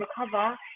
recover